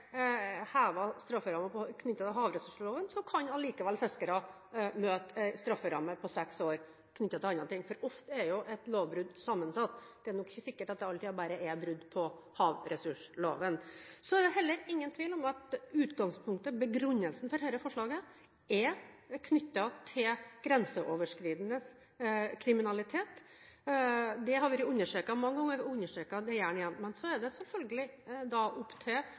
til havressursloven, kan fiskere likevel møte en strafferamme på seks år knyttet til andre ting. Ofte er jo et lovbrudd sammensatt. Det er ikke sikkert at det alltid bare er brudd på havressursloven. Så er det heller ingen tvil om at utgangspunktet og begrunnelsen for dette forslaget er knyttet til grenseoverskridende kriminalitet. Det har vært understreket mange ganger, og jeg understreker det gjerne igjen. Men så er det selvfølgelig mye opp til